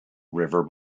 river